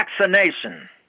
vaccination